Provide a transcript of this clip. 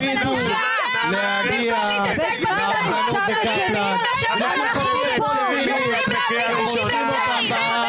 האיש הזה שאמר שזה מחיר סביר שחיילי צה"ל לא